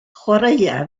chwaraea